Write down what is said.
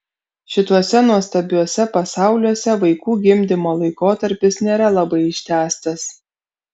šituose nuostabiuose pasauliuose vaikų gimdymo laikotarpis nėra labai ištęstas